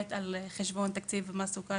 קרו על חשבון תקציב מיסוי הסוכר,